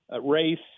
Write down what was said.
race